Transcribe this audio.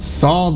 saw